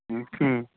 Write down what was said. ह्म्म ह्म्म